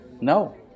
No